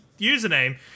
username